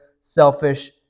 selfish